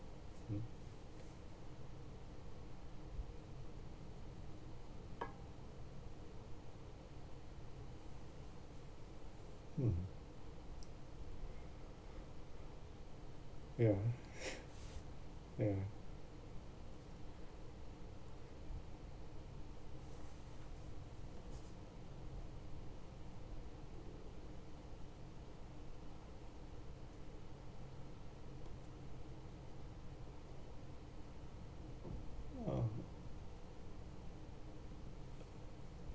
mm mm ya ya uh